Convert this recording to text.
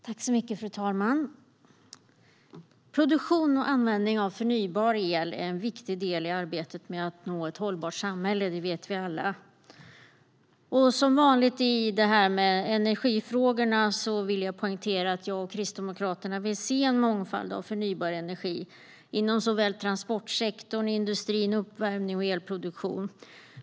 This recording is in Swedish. Fru talman! Produktion och användning av förnybar el är en viktig del i arbetet med att nå ett hållbart samhälle. Det vet vi alla. Som vanligt när det gäller energifrågorna vill jag poängtera att jag och Kristdemokraterna vill se en mångfald av förnybar energi inom transportsektorn, industrin, uppvärmning och elproduktion.